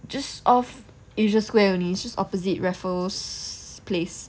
just off asia square only is just opposite raffles place